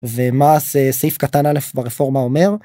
ומה סעיף קטן אלף ברפורמה אומר.